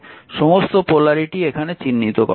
সমস্ত পোলারিটি এখানে চিহ্নিত করা হয়েছে